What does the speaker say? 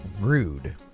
Rude